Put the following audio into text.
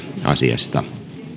asiasta